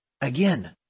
Again